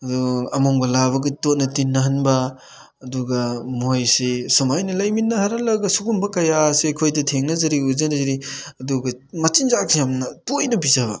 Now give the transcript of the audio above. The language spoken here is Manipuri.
ꯑꯗꯨ ꯑꯃꯣꯝꯒ ꯂꯥꯕꯒ ꯇꯣꯠꯅ ꯇꯤꯟꯅꯍꯟꯕ ꯑꯗꯨꯒ ꯃꯣꯏꯁꯤ ꯁꯨꯃꯥꯏꯅ ꯂꯩꯃꯤꯟꯅꯍꯜꯂꯒ ꯁꯨꯒꯨꯝꯕ ꯀꯌꯥ ꯑꯁꯤ ꯑꯩꯈꯣꯏꯗ ꯊꯦꯡꯅꯖꯔꯤ ꯎꯖꯅꯔꯤ ꯑꯗꯨꯒ ꯃꯆꯤꯟꯖꯥꯛꯁꯦ ꯌꯥꯝꯅ ꯇꯣꯏꯅ ꯄꯤꯖꯕ